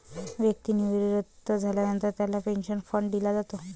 व्यक्ती निवृत्त झाल्यानंतर त्याला पेन्शन फंड दिला जातो